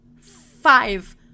five